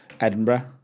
Edinburgh